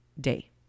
day